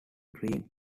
green